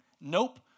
Nope